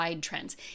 trends